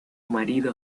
marido